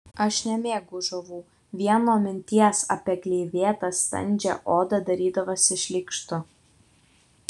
aš nemėgau žuvų vien nuo minties apie gleivėtą standžią odą darydavosi šleikštu